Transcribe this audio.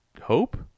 Hope